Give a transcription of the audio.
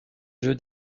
jeu